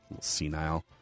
Senile